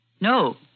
No